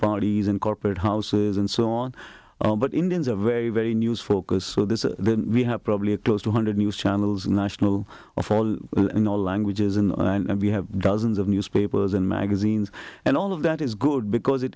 parties and corporate houses and so on but indians are very very news focused so this is we have probably close two hundred news channels national in all languages and we have dozens of newspapers and magazines and all of that is good because it